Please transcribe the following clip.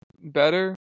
better